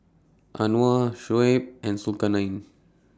Anuar Shoaib and Zulkarnain